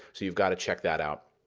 so you've got to check that out.